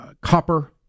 copper